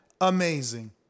amazing